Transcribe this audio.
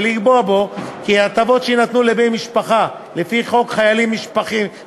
ולקבוע בו כי ההטבות שיינתנו לבני משפחה לפי חוק משפחות